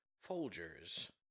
Folger's